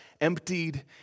emptied